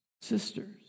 sisters